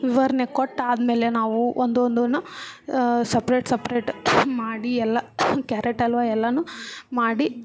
ವಿವರ್ಣೆ ಕೊಟ್ಟಾದಮೇಲೆ ನಾವು ಒಂದೊಂದನ್ನೂ ಸಪ್ರೇಟ್ ಸಪ್ರೇಟ್ ಮಾಡಿ ಎಲ್ಲ ಕ್ಯಾರೆಟ್ ಹಲ್ವ ಎಲ್ಲವೂ ಮಾಡಿ